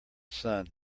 sun